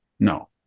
No